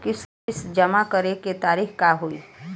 किस्त जमा करे के तारीख का होई?